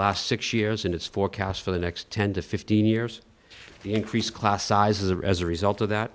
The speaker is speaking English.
last six years and it's forecast for the next ten to fifteen years the increase class sizes are as a result of that